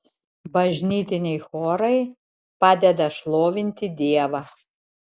bažnytiniai chorai padeda šlovinti dievą